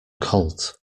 colt